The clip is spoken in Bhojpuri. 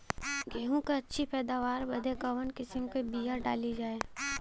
गेहूँ क अच्छी पैदावार बदे कवन किसीम क बिया डाली जाये?